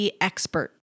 expert